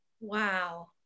Wow